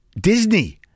Disney